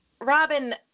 robin